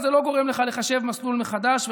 וזה לא גורם לך לחשב מסלול מחדש,